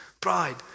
pride